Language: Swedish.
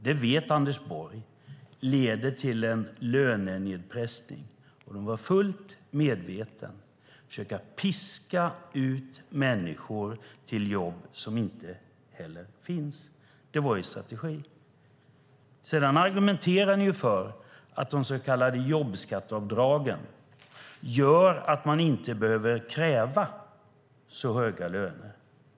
Det vet Anders Borg leder till en lönenedpressning. Den var fullt medveten. Man försöker piska ut människor till jobb som inte finns. Det var er strategi. Sedan argumenterar ni för att de så kallade jobbskatteavdragen gör att man inte behöver kräva så höga löner.